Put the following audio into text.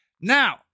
Now